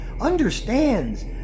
understands